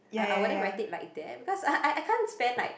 I I wouldn't write it like that because I I can't stand like